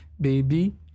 baby